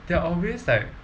they are always like